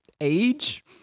age